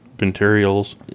materials